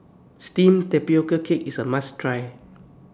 Steamed Tapioca Cake IS A must Try